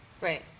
Right